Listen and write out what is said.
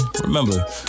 remember